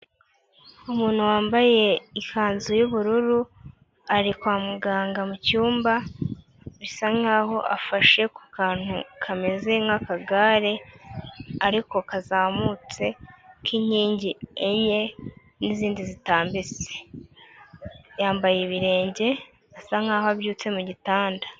Umuntu wambaye ikanzu y'ubururu, ari kwa muganga mu cyumba, bisa nk'aho afashe ku kantu kameze nk'akagare ariko kazamutse k'inkingi enye n'izindi zitambitse, yambaye ibirenge asa nk'aho abyutse mu gitanda.